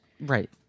Right